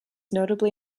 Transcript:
notably